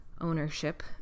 ownership